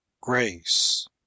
grace